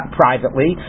privately